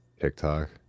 TikTok